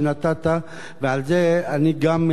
ועל זה גם אני מצטרף ומברך.